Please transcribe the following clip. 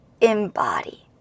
embody